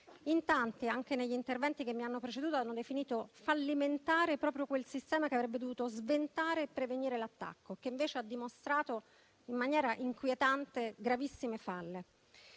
In tanti, anche negli interventi che mi hanno preceduto, hanno definito fallimentare proprio quel sistema che avrebbe dovuto sventare e prevenire l'attacco, ma che invece ha dimostrato in maniera inquietante gravissime falle.